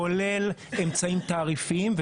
כולל אמצעים תעריפיים,